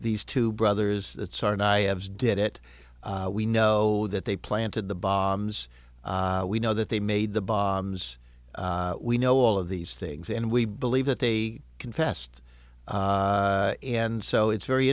these two brothers and i did it we know that they planted the bombs we know that they made the bombs we know all of these things and we believe that they confessed and so it's very